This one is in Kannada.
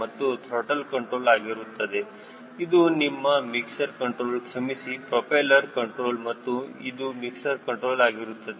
ಇದು ತ್ರಾಟಲ್ ಕಂಟ್ರೋಲ್ ಆಗಿರುತ್ತದೆ ಇದು ನಿಮ್ಮ ಮಿಕ್ಸರ್ ಕಂಟ್ರೋಲ್ ಕ್ಷಮಿಸಿ ಪ್ರೊಪೆಲ್ಲರ್ ಕಂಟ್ರೋಲ್ ಮತ್ತು ಇದು ಮಿಕ್ಸರ್ ಕಂಟ್ರೋಲ್ ಆಗಿರುತ್ತದೆ